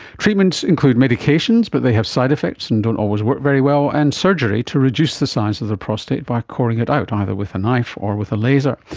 treatments include the medications but they have side-effects and don't always work very well, and surgery to reduce the size of the prostate by coring it out, either with a knife or with a laser.